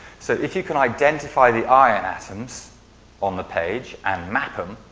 so, if you can identify the iron atoms on the page and map them